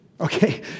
okay